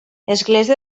església